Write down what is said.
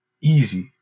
Easy